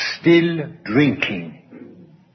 still-drinking